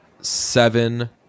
seven